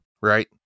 right